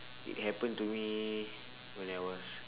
it happen to me when I was